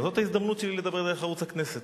אז זאת ההזדמנות שלי לדבר דרך ערוץ הכנסת,